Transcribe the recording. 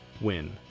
win